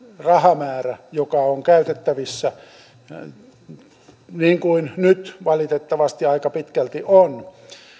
rahamäärä joka on käytettävissä ratkaisisi niin kuin nyt valitettavasti aika pitkälti on